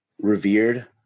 revered